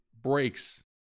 breaks